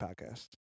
podcast